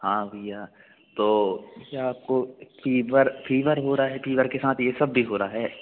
हाँ भैया तो अच्छा आपको फ़ीवर फ़ीवर हो रहा है फ़ीवर के साथ ये सब भी हो रहा है